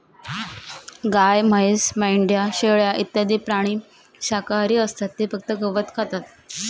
गाय, म्हैस, मेंढ्या, शेळ्या इत्यादी प्राणी शाकाहारी असतात ते फक्त गवत खातात